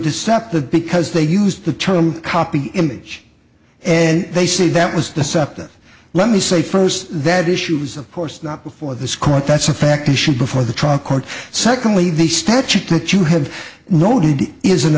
deceptive because they used the term copy image and they say that was deceptive let me say first that issues of course not before this court that's a fact issue before the trial court secondly the statute that you have no need is an